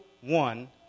one